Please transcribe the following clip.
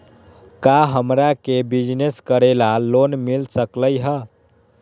का हमरा के बिजनेस करेला लोन मिल सकलई ह?